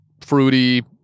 fruity